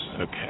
Okay